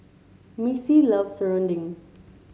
Missy loves serunding